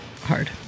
hard